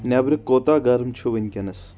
نیٚبرٕ کوٗتاہ گرم چھُ وٕنکیٚنس